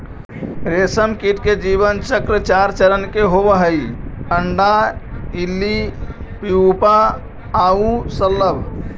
रेशमकीट के जीवन चक्र चार चरण के होवऽ हइ, अण्डा, इल्ली, प्यूपा आउ शलभ